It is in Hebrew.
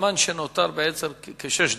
הזמן שנותר בעצם כשש דקות.